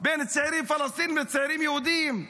בין צעירים פלסטינים וצעירים יהודים.